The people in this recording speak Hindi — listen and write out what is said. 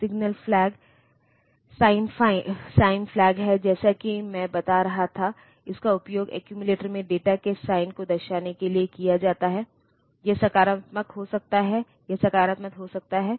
अब क्या सिस्टम में 64 किलोबाइट मेमोरी होगी या नहीं यह उस सिस्टम के डिजाइनर पर निर्भर करता है जो 8085 प्रोसेसर का उपयोग करता है